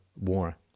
War